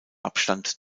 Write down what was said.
abstand